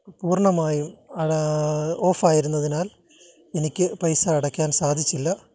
പൂർണ്ണമായും ഓഫായിരുന്നതിനാൽ എനിക്ക് പൈസ അടയ്ക്കാൻ സാധിച്ചില്ല